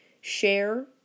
share